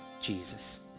Jesus